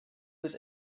was